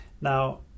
Now